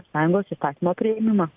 sąjungos įstatymo priėmimą